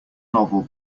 novel